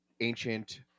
ancient